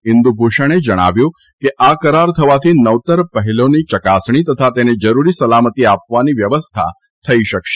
ઇન્દભૂષણે જણાવ્યું છે કે આ કરાર થવાથી નવતર પહેલીની ચકાસણી તથા તેને જરૂરી સલામતી આપવાની વ્યવસ્થા થઇ શકશે